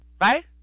right